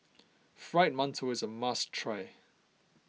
Fried Mantou is a must try